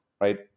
right